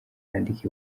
yandika